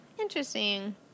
Interesting